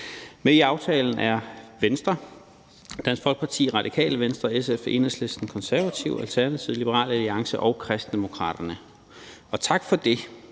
Med i aftalen er Venstre, Dansk Folkeparti, Radikale Venstre, SF, Enhedslisten, Konservative, Alternativet, Liberal Alliance og Kristendemokraterne. Og tak for det,